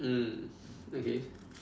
mm okay